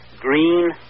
green